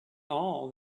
all